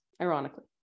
ironically